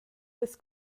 las